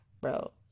bro